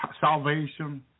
salvation